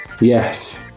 yes